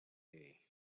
day